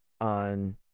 On